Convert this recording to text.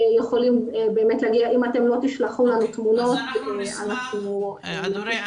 אם אתם לא תשלחו לנו תמונות אנחנו --- אדורה,